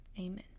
Amen